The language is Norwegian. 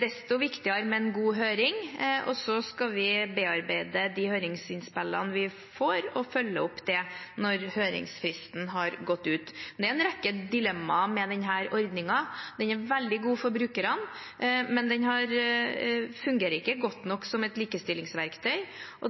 Desto viktigere er det med en god høring, og så skal vi bearbeide de høringsinnspillene vi får, og følge opp det når høringsfristen har gått ut. Men det er en rekke dilemmaer med denne ordningen. Den er veldig god for brukerne, men den fungerer ikke godt nok som et likestillingsverktøy.